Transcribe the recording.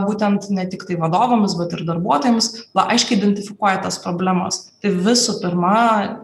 būtent ne tiktai vadovams bet ir darbuotojams aiškiai identifikuoja tas problemas tai visų pirma